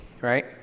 right